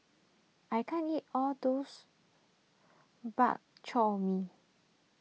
I can't eat all those Bak Chor Mee